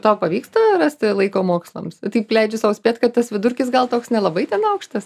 tau pavyksta rasti laiko mokslams taip leidžiu sau spėt kad tas vidurkis gal toks nelabai ten aukštas